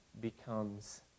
becomes